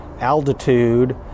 altitude